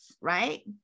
right